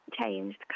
changed